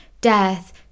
death